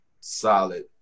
solid